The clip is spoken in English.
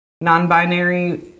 non-binary